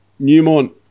Newmont